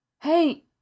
Hey